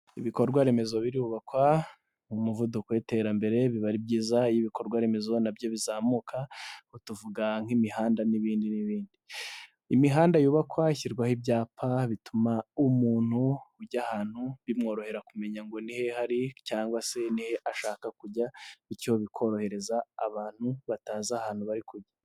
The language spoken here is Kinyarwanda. Ibikorwa remezo birubakwa mu muvuduko w'iterambere, biba ari byiza iyo ibikorwa remezo nabyo bizamuka, ubwo tuvuga nk'imihanda n'ibindi n'indi. Imihanda yubakwa hashyirwaho ibyapa bituma umuntu ujya ahantu bimworohera kumenya ngo ni hehe ari cyangwa se nihe ashaka kujya, bityo bikorohereza abantu batazi ahantu bari kujya.